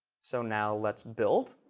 so now let's build.